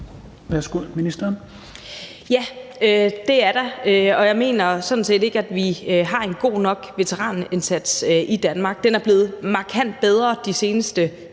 (Trine Bramsen): Ja, det er der, og jeg mener sådan set ikke, at vi har en god nok veteranindsats i Danmark. Den er blevet markant bedre de seneste